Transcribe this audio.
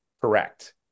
correct